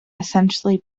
essentially